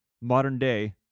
Modern-day